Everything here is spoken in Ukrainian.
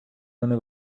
вони